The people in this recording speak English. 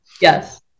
Yes